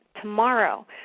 tomorrow